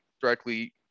directly